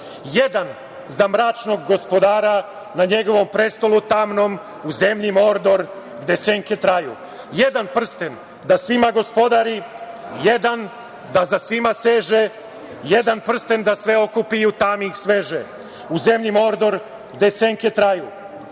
jedan za mračnog gospodara na njegovom prestolu tamnom u zemlji Mordor gde senke traju. Jedan prsten da svima gospodari, jedan da za svima seže, jedan prsten da sve okupi u tami sveže. U zemlji Mordor gde senke traju